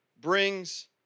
brings